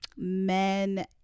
men